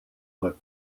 lip